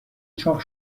چاق